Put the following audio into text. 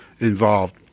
involved